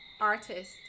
artist